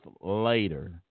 later